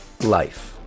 life